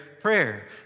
prayer